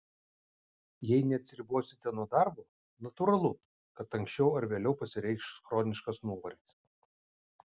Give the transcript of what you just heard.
jei neatsiribosite nuo darbo natūralu kad anksčiau ar vėliau pasireikš chroniškas nuovargis